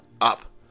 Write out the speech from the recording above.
up